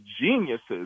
geniuses